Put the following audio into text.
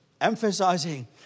emphasizing